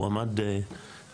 הוא עמד בראש,